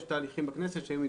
יש תהליכים בכנסת, שהם ---.